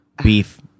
Beef